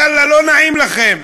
יאללה, לא נעים לכם.